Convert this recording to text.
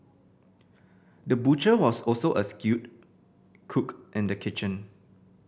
the butcher was also a skilled cook in the kitchen